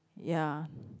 ya